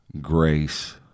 grace